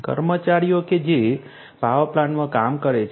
કર્મચારીઓ કે જે પાવર પ્લાન્ટમાં કામ કરે છે